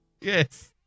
Yes